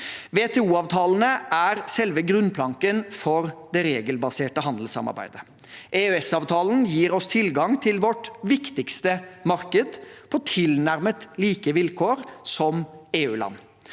WTO-avtalene er selve grunnplanken for det regelbaserte handelssamarbeidet. EØS-avtalen gir oss tilgang til vårt viktigste marked på tilnærmet like vilkår som EU-land.